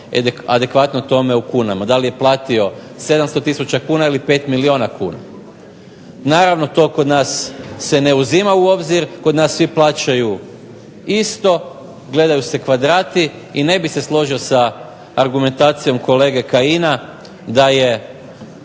adekvatno tome u kunama. Odnosno da li je platio 700 tisuća kuna ili 5 milijuna kuna. Naravno to kod nas se ne uzima u obzir, kod nas svi plaćaju isto, gledaju se kvadrati i ne bih se složio sa argumentacijom kolege Kajina da je